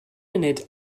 munud